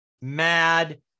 mad